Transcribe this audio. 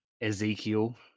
Ezekiel